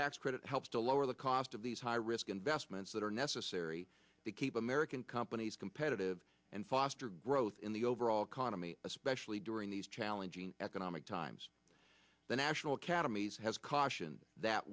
tax credit helps to lower the cost of these high risk investments that are necessary to keep american companies competitive and foster growth in the overall economy especially during these challenging economic times the national academies has cautioned that